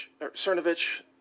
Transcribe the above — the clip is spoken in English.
Cernovich